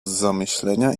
zamyślenia